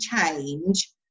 change